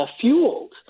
fueled